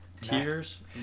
Tears